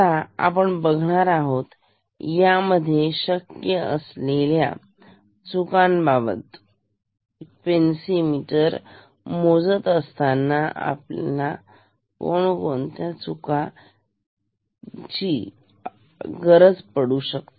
आता आपण बघणार आहोत यामध्ये शक्य असलेल्या चुकांबाबत फ्रिक्वेन्सी मोजत असताना आपल्याला त्याची गरज पडू शकते